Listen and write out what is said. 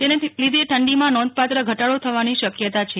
તેના લીધે ઠંડીમાં નોંધપાત્ર ઘટાડો થવાની શક્યતા છે